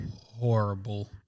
horrible